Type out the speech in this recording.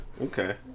Okay